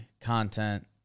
content